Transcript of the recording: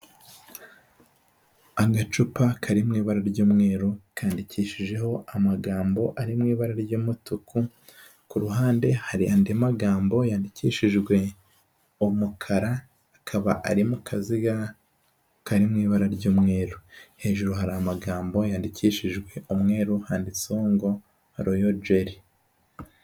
Agacupa kari mu ibara ry'umweru kandikishijeho amagambo ari mu ibara ry'umutuku, ku ruhande hari andi magambo yandikishijwe umukara akaba ari mu kaziga kari mu ibara ry'umweru. Hejuru hari amagambo yandikishijwe umweru handitseho ngo Royal Jelly.